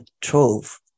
trove